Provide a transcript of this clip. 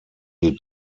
die